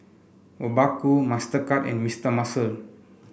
Obaku Mastercard and Mister Muscle